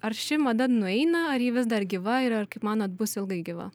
ar ši mada nueina ar ji vis dar gyva ir ar kaip manot bus ilgai gyva